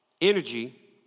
energy